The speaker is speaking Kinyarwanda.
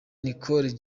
nicole